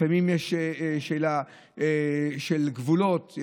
לפעמים יש שאלה של גבולות,